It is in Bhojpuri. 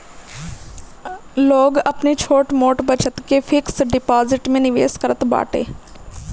लोग अपनी छोट मोट बचत के फिक्स डिपाजिट में निवेश करत बाटे